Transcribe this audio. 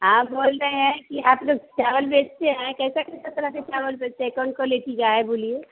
हाँ बोल रहे हैं की आप जो चावल बेचते हैं कैसा कैसा तरह के चावल बेचते हैं कौन क्वालिटी का है बोलिए